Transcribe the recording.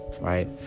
Right